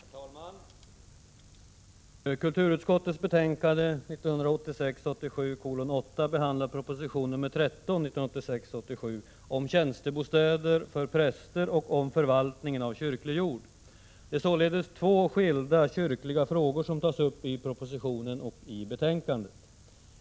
Herr talman! Kulturutskottets betänkande 1986 87:13 om tjänstebostäder för präster och om förvaltningen av kyrklig jord. Det är således två skilda kyrkliga frågor som tas upp i propositionen och i betänkandet.